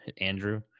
andrew